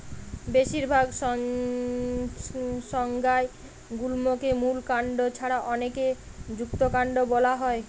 বেশিরভাগ সংজ্ঞায় গুল্মকে মূল কাণ্ড ছাড়া অনেকে যুক্তকান্ড বোলা হয়